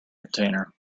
container